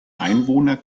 einwohner